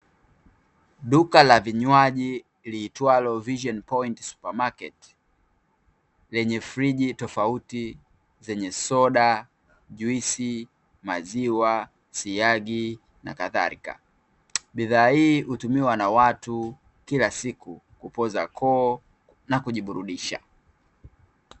Duka la vinywaji liitwalo Vision Point Super Market lenye friji tofauti zenye soda, juisi, maziwa, siagi na kadhalika bidhaa hii hutumiwa na watu kila siku, hupoza koo na kujiburudisha.